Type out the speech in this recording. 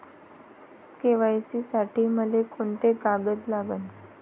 KYC साठी मले कोंते कागद लागन?